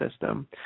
system